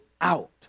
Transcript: out